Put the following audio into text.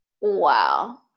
Wow